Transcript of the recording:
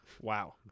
Wow